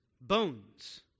bones